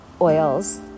oils